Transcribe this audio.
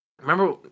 remember